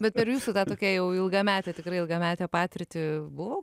bet per jūsų tokią jau ilgametę tikrai ilgametę patirtį buvo